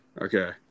Okay